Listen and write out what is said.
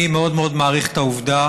אני מאוד מאוד מעריך את העובדה